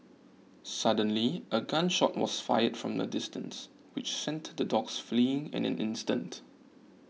suddenly a gun shot was fired from the distance which sent the dogs fleeing in an instant